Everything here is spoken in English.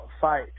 fight